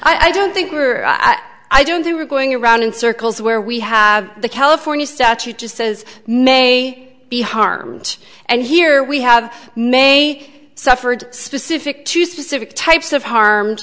here i don't think we are i don't think we're going around in circles where we have the california statute just says may be harmed and here we have may suffered specific to specific types of harmed